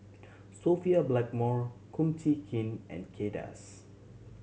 Sophia Blackmore Kum Chee Kin and Kay Das